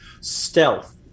stealth